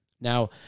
Now